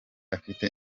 afite